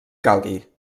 calgui